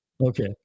Okay